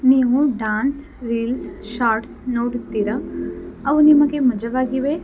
ನೀವು dance reels shorts ನೋಡುತ್ತೀರಾ ಅವು ನಿಮಗೆ ಮಜವಾಗಿವೆಯೇ